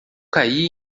caí